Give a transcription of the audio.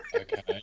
Okay